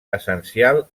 essencial